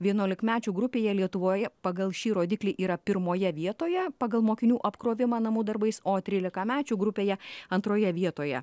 vienuolikmečių grupėje lietuvoje pagal šį rodiklį yra pirmoje vietoje pagal mokinių apkrovimą namų darbais o trylikamečių grupėje antroje vietoje